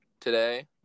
today